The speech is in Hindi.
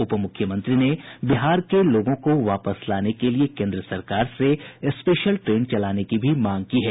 उप मुख्यमंत्री ने बिहार के लोगों को वापस लाने के लिये केन्द्र सरकार से स्पेशल ट्रेन चलाने की भी मांग की है